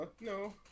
no